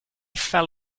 fell